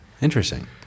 interesting